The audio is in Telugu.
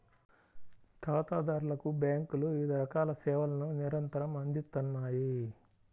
ఖాతాదారులకు బ్యేంకులు వివిధ రకాల సేవలను నిరంతరం అందిత్తన్నాయి